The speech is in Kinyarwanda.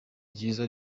ryiza